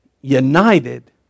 united